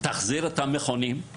תחזיר את המכונים;